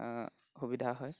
সুবিধা হয়